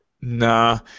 nah